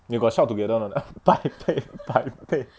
you got sound together or not ah 百倍百倍